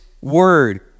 word